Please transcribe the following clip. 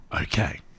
Okay